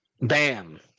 Bam